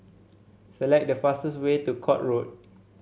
select the fastest way to Court Road